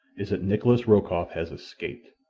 is that nikolas rokoff has escaped.